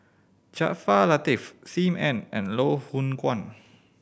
Jaafar Latiff Sim Ann and Loh Hoong Kwan